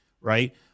right